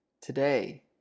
today